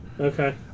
Okay